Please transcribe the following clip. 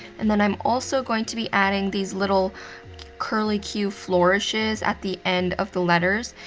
and then, i'm also going to be adding these little curly-cue flourishes at the end of the letters.